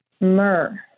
myrrh